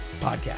podcast